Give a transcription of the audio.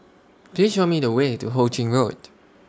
Please Show Me The Way to Ho Ching Road